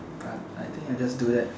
but I think I just do that